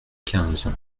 quinze